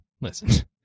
Listen